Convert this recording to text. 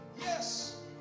yes